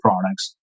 products